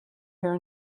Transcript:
here